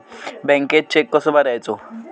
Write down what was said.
बँकेत चेक कसो भरायचो?